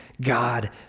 God